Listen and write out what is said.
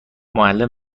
معلم